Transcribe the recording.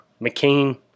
McCain